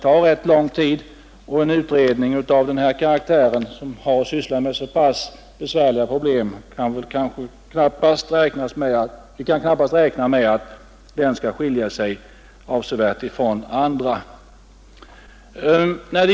Vi kan knappast räkna med att en utredning av denna karaktär, dvs. en utredning som har att syssla med så pass besvärliga problem, i detta avseende skall skilja sig avsevärt från andra.